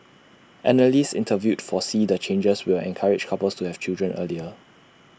analysts interviewed foresee the changes will encourage couples to have children earlier